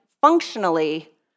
functionally